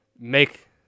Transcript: make